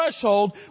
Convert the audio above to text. threshold